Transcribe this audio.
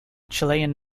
chilean